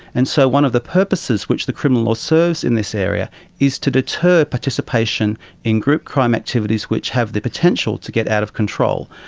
and so one of the purposes which the criminal law serves in this area is to deter participation in group crime activities which have the potential to get out of control.